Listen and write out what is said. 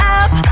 up